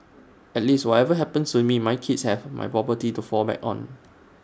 at least whatever happens to me my kids have my property to fall back on